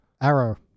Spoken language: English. Arrow